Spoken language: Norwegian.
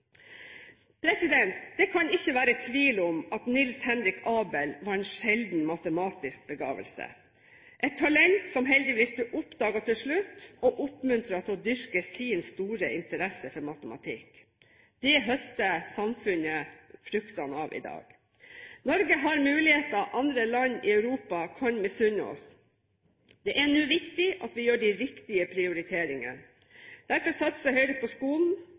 Det kan ikke være tvil om at Niels Henrik Abel var en sjelden matematisk begavelse – et talent som heldigvis ble oppdaget til slutt og oppmuntret til å dyrke sin store interesse for matematikk. Det høster samfunnet fruktene av i dag. Norge har muligheter andre land i Europa kan misunne oss. Det er nå viktig at vi gjør de riktige prioriteringene. Derfor satser Høyre på skolen.